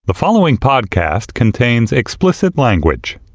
the following podcast contains explicit language